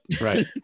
Right